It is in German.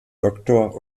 doktor